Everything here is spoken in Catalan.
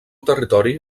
territori